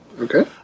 Okay